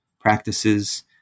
practices